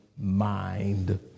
mind